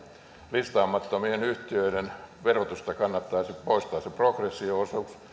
listaamattomien yhtiöiden verotuksesta kannattaisi poistaa se progressio osuus